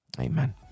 amen